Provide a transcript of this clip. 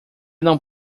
não